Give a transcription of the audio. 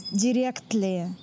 directly